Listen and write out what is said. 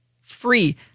Free